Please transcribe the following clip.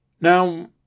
now